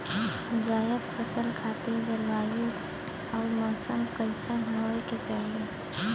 जायद फसल खातिर जलवायु अउर मौसम कइसन होवे के चाही?